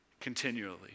continually